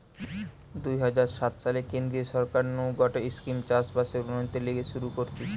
দুই হাজার সাত সালে কেন্দ্রীয় সরকার নু গটে স্কিম চাষ বাসের উন্নতির লিগে শুরু করতিছে